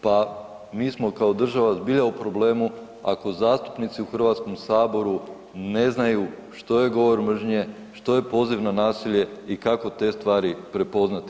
Pa mi smo kao država zbilja u problemu ako zastupnici u HS-u ne znaju što je govor mržnje, što je poziv na nasilje i kako te stvari prepoznati.